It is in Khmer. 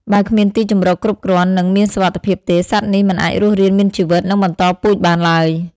បើគ្មានទីជម្រកគ្រប់គ្រាន់ និងមានសុវត្ថិភាពទេ សត្វនេះមិនអាចរស់រានមានជីវិត និងបន្តពូជបានឡើយ។